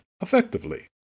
effectively